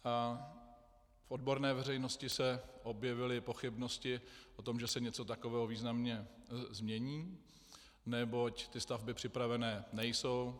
V odborné veřejnosti se objevily pochybnosti o tom, že se něco takového významně změní, neboť ty stavby připravené nejsou.